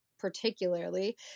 Particularly